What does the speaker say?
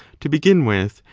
to begin with,